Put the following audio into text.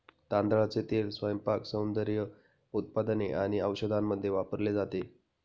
तांदळाचे तेल स्वयंपाक, सौंदर्य उत्पादने आणि औषधांमध्ये वापरले जाते